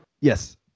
Yes